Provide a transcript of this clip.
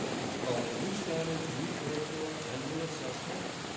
which called for new standards, new curricula, and new assessments.